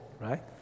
right